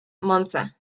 monza